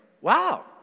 wow